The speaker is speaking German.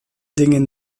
dingen